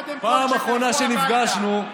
קודם כול שתלכו הביתה.